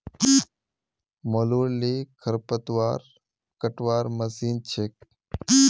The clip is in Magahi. मोलूर ली खरपतवार कटवार मशीन छेक